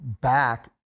back